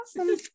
awesome